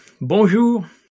Bonjour